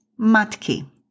matki